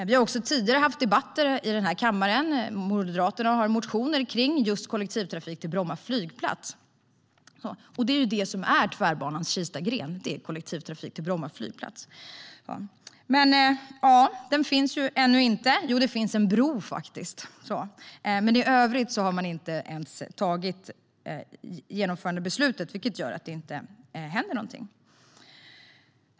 Vi har också tidigare haft debatter i den här kammaren om kollektivtrafik till Bromma flygplats, vilket Moderaterna har lagt fram motioner om. Tvärbanans Kistagren innebär ju kollektivtrafik till Bromma flygplats. Men den finns inte ännu. Jo, det finns faktiskt en bro. Men i övrigt har man inte ens tagit genomförandebeslutet, vilket leder till att det inte händer någonting.